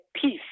peace